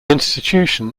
institution